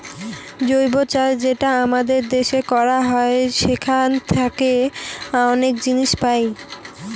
জৈব চাষ যেটা আমাদের দেশে করা হয় সেখান থাকে অনেক জিনিস পাই